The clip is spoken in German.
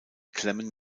klemmen